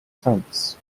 fence